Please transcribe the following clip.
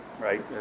right